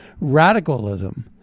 radicalism